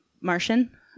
Martian